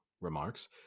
remarks